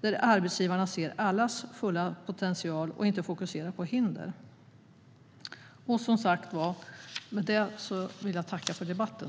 där arbetsgivarna ser allas fulla potential och inte fokuserar på hinder. Jag tackar för debatten!